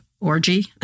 orgy